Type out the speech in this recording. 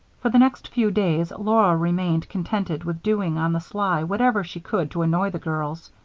for the next few days, laura remained contented with doing on the sly whatever she could to annoy the girls.